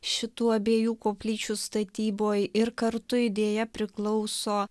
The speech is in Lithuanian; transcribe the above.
šitų abiejų koplyčių statyboj ir kartu idėja priklauso